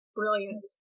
brilliant